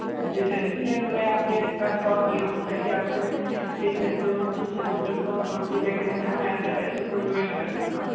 जी sir इसीलिए तो मैं आपके पास कॉल किया हूँ ताकि आपसे मैं सीख सकूँ एवं पूछ सकूँ कि कौन कौन सी जगह हैं जहाँ मैं अपने पैसे को इन्वेस्ट कर सकता हूँ